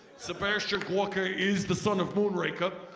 sebastian gorka is the son of moonraker.